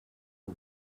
her